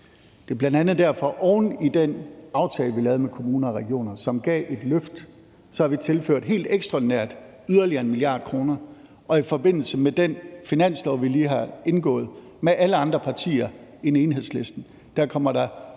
Det er bl.a. derfor, at vi oven i den aftale, som vi lavede med kommuner og regioner, og som gav et løft, helt ekstraordinært har tilført yderligere 1 mia. kr. I forbindelse med den finanslov, vi lige har indgået med alle andre partier end Enhedslisten, kommer der